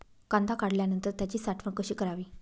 कांदा काढल्यावर त्याची साठवण कशी करावी?